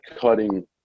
cutting